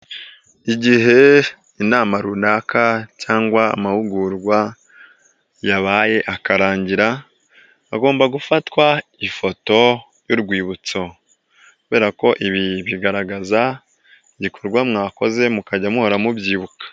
Igihe inama runaka cyangwa amahugurwa yabaye akarangira, hagomba gufatwa ifoto y'urwibutso kubera ko ibi bigaragaza igikorwa mwakoze mukajya muhora mubyibuka.